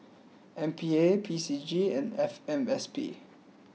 M P A P C G and F M S P